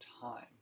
time